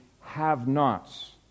have-nots